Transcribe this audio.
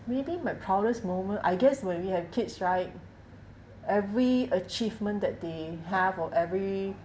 maybe my proudest moment I guess when we have kids right every achievement that they have or every